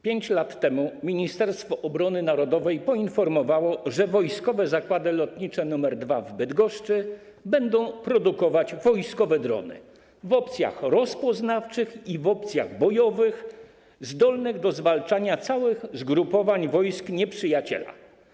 5 lat temu Ministerstwo Obrony Narodowej poinformowało, że Wojskowe Zakłady Lotnicze nr 2 w Bydgoszczy będą produkować wojskowe drony w opcjach rozpoznawczych i w opcjach bojowych zdolnych do zwalczania całych zgrupowań wojsk nieprzyjaciela.